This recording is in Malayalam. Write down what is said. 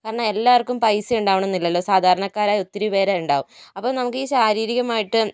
കാരണം എല്ലാവർക്കും പൈസ ഉണ്ടാവണമെന്നില്ലല്ലോ സാധാരണക്കാരായ ഒത്തിരി പേര് ഉണ്ടാവും അപ്പോൾ നമുക്ക് ഈ ശാരീരികമായിട്ട്